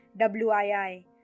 WII